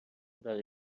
برای